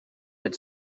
had